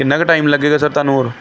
ਕਿੰਨਾ ਕੁ ਟਾਈਮ ਲੱਗੇਗਾ ਸਰ ਤੁਹਾਨੂੰ ਹੋਰ